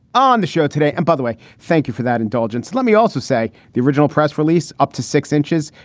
on the show today and by the way, thank you for that indulgence. let me also say the original press release up to six inches.